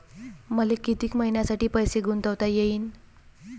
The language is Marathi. मले कितीक मईन्यासाठी पैसे गुंतवता येईन?